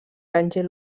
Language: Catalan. granger